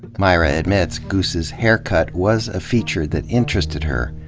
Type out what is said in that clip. myra admits goose's haircut was a feature that interested her,